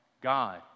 God